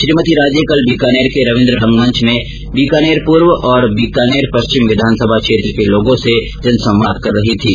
श्रीमती राजे कल बीकानेर के रवीन्द्र रंगमंच में बीकानेर पूर्व तथा बीकानेर पश्चिम विधानसभा क्षेत्र के लोगों से जनसंवाद कर रही थीं